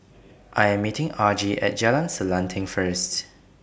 I Am meeting Argie At Jalan Selanting First